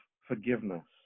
forgiveness